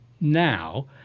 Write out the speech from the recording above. now